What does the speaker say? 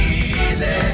easy